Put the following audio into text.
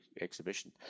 exhibition